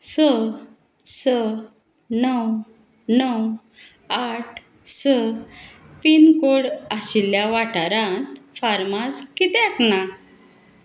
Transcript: स स णव णव आठ स पिनकोड आशिल्ल्या वाठारांत फार्मास कित्याक ना